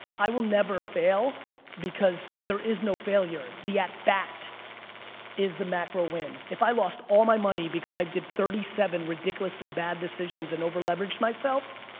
i will never fail because there is no failure, the at-bat is the macro-win. if i lost all my money because i did thirty seven ridiculously bad decisions and over-leveraged myself,